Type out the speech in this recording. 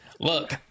Look